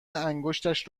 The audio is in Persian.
انگشتش